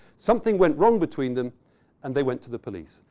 something went wrong between them and they went to the police.